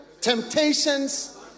temptations